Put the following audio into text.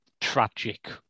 tragic